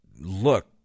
look